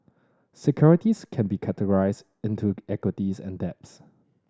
securities can be categorized into equities and debts